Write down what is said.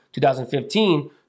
2015